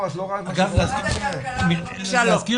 משרד הכלכלה בבקשה.